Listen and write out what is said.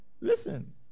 Listen